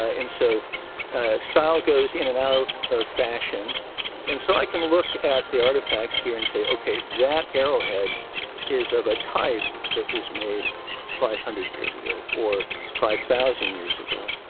ah and so style goes in and out of fashion and so i can look at the artifacts here and say, okay, that arrow head is of a type that was made five hundred years ago or five thousand years ago.